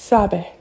Sabe